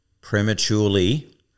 prematurely